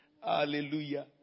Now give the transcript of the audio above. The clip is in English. Hallelujah